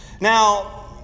Now